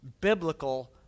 Biblical